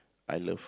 I love